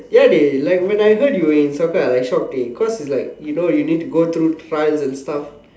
ya dey like when I heard you were in soccer I like shocked dey because it's like you know you need to go through trials and stuff